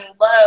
low